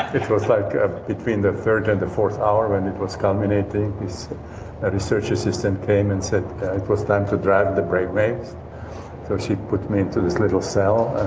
it was like between the third and the fourth hour when it was culminating, this and research assistant came and said it was time to drive the brainwaves. so she put me into this little cell, and